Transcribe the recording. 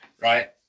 right